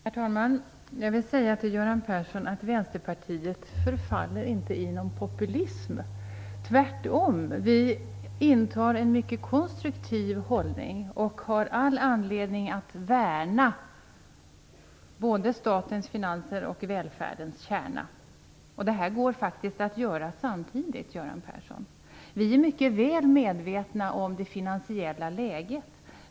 Herr talman! Jag vill säga till Göran Persson att Vänsterpartiet inte förfaller till någon populism, tvärtom. Vi intar en mycket konstruktiv hållning och har all anledning att värna både statens finanser och välfärdens kärna. Det går faktiskt att göra samtidigt, Vi är mycket väl medvetna om det finansiella läget.